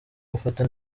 gufata